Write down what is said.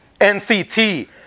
NCT